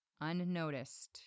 unnoticed